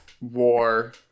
war